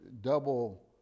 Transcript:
double